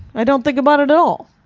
i don't think about it at all.